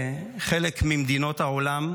בחלק ממדינות העולם,